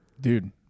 dude